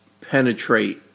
penetrate